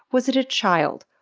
was it a child,